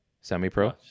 Semi-pro